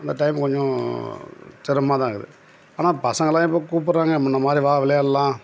அந்த டைம் கொஞ்சம் சிரமமாக தான் இருக்குது ஆனால் பசங்களெலாம் இப்போ கூப்புடறாங்க முன்னே மாதிரி வா விளையாடலாம்